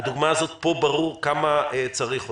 בדוגמה הזאת פה ברור כמה צריך אותה.